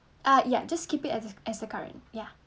ah yup just keep it as as a current ya